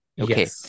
okay